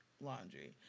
laundry